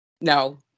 No